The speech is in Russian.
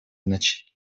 значение